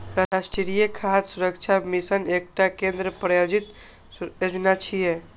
राष्ट्रीय खाद्य सुरक्षा मिशन एकटा केंद्र प्रायोजित योजना छियै